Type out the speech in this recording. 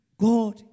God